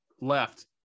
left